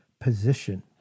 position